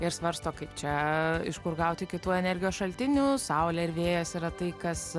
ir svarsto kaip čia iš kur gauti kitų energijos šaltinių saulė ir vėjas yra tai kas